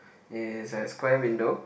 is a square window